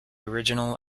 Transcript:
original